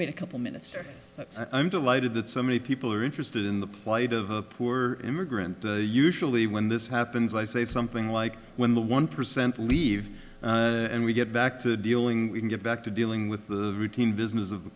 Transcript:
wait a couple minister i'm delighted that so many people are interested in the plight of a poor immigrant usually when this happens i say something like when the one percent leave and we get back to dealing we can get back to dealing with the routine business of the